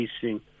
facing